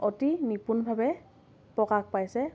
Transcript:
অতি নিপুণভাৱে প্ৰকাশ পাইছে